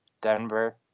Denver